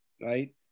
right